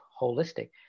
holistic